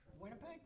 Winnipeg